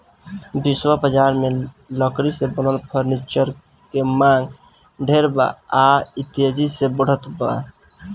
विश्व बजार में लकड़ी से बनल फर्नीचर के मांग ढेर बा आ इ तेजी से बढ़ते बा